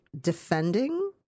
defending